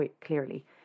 clearly